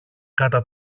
κατά